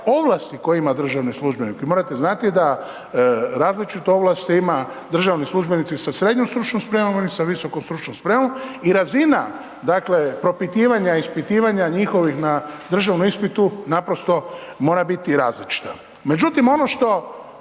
ovlasti koje ima državni službenik, vi morate znati da različite ovlasti ima državni službenici sa srednjom stručnom spremom i oni sa visokom stručnom spremom i razina dakle propitivanja, ispitivanja njihovih na državnom ispitu naprosto mora biti različita. Međutim, ono što